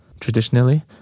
Traditionally